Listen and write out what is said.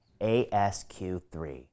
ASQ3